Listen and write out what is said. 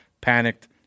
panicked